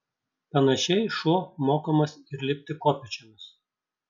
panašiai šuo mokomas ir lipti kopėčiomis